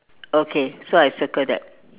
okay so I circle that